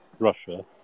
Russia